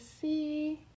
see